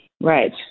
Right